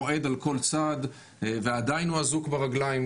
מועד על כל צעד ועדיין הוא אזוק ברגליים.